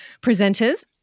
presenters